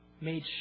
made